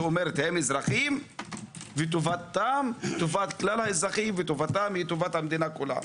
שאומרת הם אין אזרחים וטובתם היא טובת כלל האזרחים וטובת המדינה כולה.